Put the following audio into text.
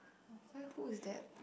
who is that